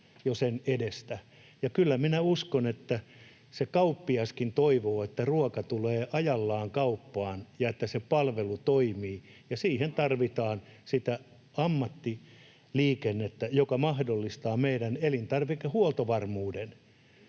kyllä minä uskon, että se kauppiaskin toivoo, että ruoka tulee ajallaan kauppaan ja että se palvelu toimii, [Mikko Lundén: Kyllä!] ja siihen tarvitaan sitä ammattiliikennettä, joka mahdollistaa meidän elintarvikehuoltovarmuuden,